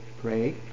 pray